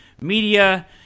media